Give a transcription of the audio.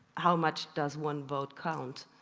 how much does one vote count,